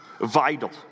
vital